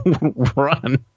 run